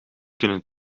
kunnen